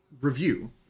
review